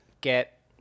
get